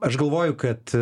aš galvoju kad